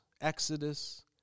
Exodus